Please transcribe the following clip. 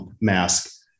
mask